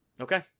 Okay